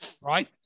right